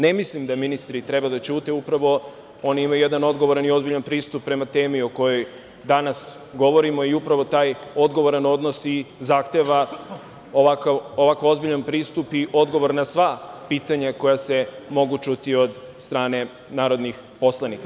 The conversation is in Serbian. Ne mislim da ministri trebaju da ćute, upravo oni imaju jedan ozbiljan i odgovoran pristup o temi o kojoj danas govorimo i upravo taj odgovoran odnos i zahteva ovako ozbiljan pristup i odgovor na sva pitanja koja se mogu čuti od strane narodnih poslanika.